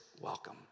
welcome